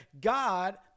God